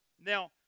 Now